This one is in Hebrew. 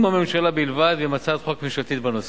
הממשלה בלבד ועם הצעת חוק ממשלתית בנושא.